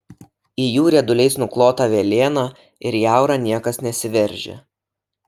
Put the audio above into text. į jų rieduliais nuklotą velėną ir jaurą niekas nesiveržia